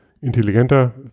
intelligenter